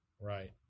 Right